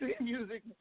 music